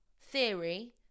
theory